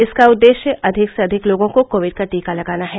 इसका उद्देश्य अधिक से अधिक लोगों को कोविड का टीका लगाना है